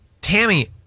Tammy